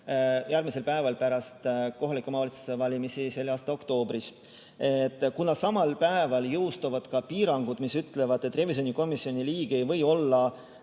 järgmisel päeval pärast kohalike omavalitsuste valimisi selle aasta oktoobris. Kuna samal päeval jõustuvad ka piirangud, mis ütlevad, et revisjonikomisjoni liige ei või olla